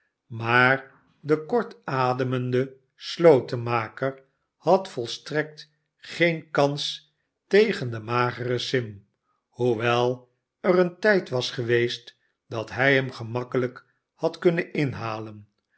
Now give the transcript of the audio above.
maar de kortademende slotenmaker had volstrekt geen kans tegen den mageren sim hoewel er een tijd was geweest dat hij hem gemakkelijk had kunnen inhalen